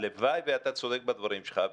הלוואי שאתה צודק בדברים שלך.